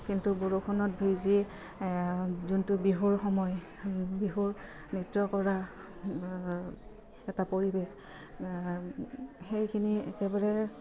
কিন্তু বৰষুণত ভিজি যোনটো বিহুৰ সময় বিহুৰ নৃত্য কৰা এটা পৰিৱেশ সেইখিনি একেবাৰে